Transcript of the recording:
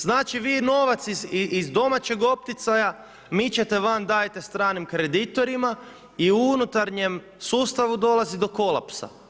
Znači vi novac iz domaćeg opticaja mičete van, dajete stranim kreditorima i u unutarnjem sustavu dolazi do kolapsa.